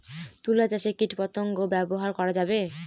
তুলা চাষে কীটপতঙ্গ ব্যবহার করা যাবে?